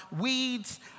weeds